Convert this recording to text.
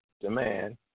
demand